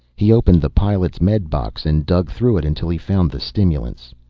he opened the pilot's medbox and dug through it until he found the stimulants.